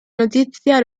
notizia